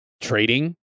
trading